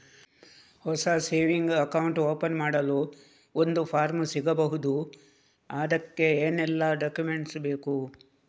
ಹೊಸ saving account open ಮಾಡಲು ಒಂದು ಫಾರ್ಮ್ ಸಿಗಬಹುದು? ಅದಕ್ಕೆ ಏನೆಲ್ಲಾ ಡಾಕ್ಯುಮೆಂಟ್ಸ್ ಬೇಕು?